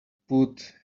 put